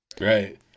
right